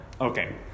okay